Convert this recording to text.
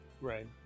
Right